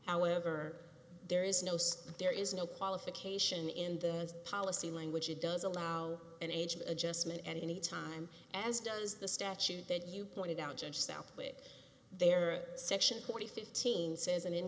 however there is no such there is no qualification in the policy language it does allow an age of adjustment any time as does the statute that you pointed out judge southwick there are section forty fifteen says and in